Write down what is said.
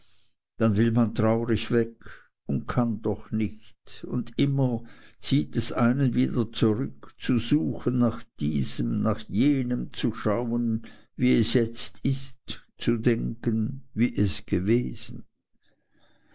dann will man traurig weg und kann doch nicht und immer wieder zieht es einem zurück zu suchen nach diesem nach jenem zu schauen wie es jetzt ist zu denken wie es gewesen